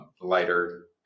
lighter